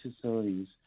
facilities